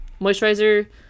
Moisturizer